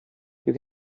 you